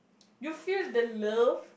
you feel the love